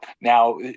Now